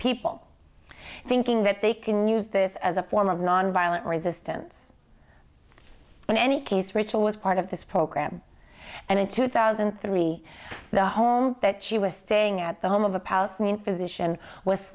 people thinking that they can use this as a form of nonviolent resistance in any case rachel was part of this program and in two thousand and three the home that she was staying at the home of a palestinian physician w